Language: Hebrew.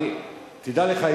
תדע לך,